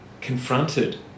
confronted